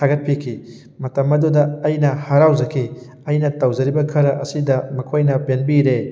ꯊꯥꯒꯠꯄꯤꯈꯤ ꯃꯇꯝ ꯑꯗꯨꯗ ꯑꯩꯅ ꯍꯔꯥꯎꯖꯈꯤ ꯑꯩꯅ ꯇꯧꯖꯔꯤꯕ ꯈꯔ ꯑꯁꯤꯗ ꯃꯈꯣꯏꯅ ꯄꯦꯟꯕꯤꯔꯦ